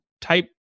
type